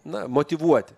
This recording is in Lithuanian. na motyvuoti